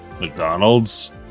McDonald's